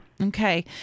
Okay